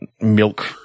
milk